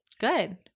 Good